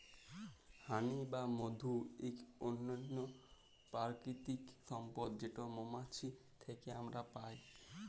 হানি বা মধু ইক অনল্য পারকিতিক সম্পদ যেট মোমাছি থ্যাকে আমরা পায়